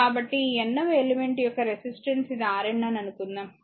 కాబట్టి ఈ n వ ఎలిమెంట్ యొక్క రెసిస్టెన్స్ ఇది Rn అని అనుకుందాం